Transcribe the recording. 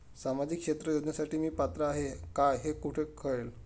सामाजिक क्षेत्र योजनेसाठी मी पात्र आहे का हे कुठे कळेल?